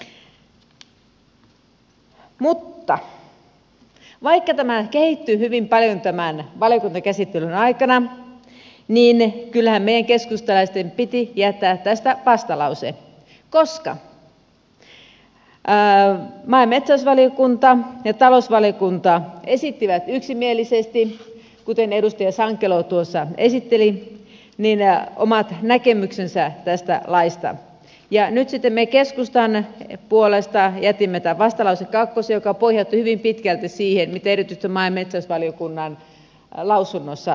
mutta vaikka tämä kehittyi hyvin paljon tämän valiokuntakäsittelyn aikana niin kyllähän meidän keskustalaisten piti jättää tästä vastalause koska maa ja metsätalousvaliokunta ja talousvaliokunta esittivät yksimielisesti kuten edustaja sankelo tuossa esitteli omat näkemyksensä tästä laista ja nyt sitten me keskustan puolesta jätimme tämän vastalause kakkosen joka pohjautuu hyvin pitkälti siihen mitä erityisesti maa ja metsätalousvaliokunnan lausunnossa sanottiin